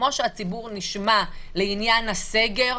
כמו שהציבור נשמע לעניין הסגר,